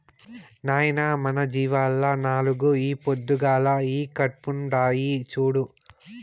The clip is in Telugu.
నాయనా మన జీవాల్ల నాలుగు ఈ పొద్దుగాల ఈకట్పుండాయి చూడు